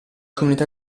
comunità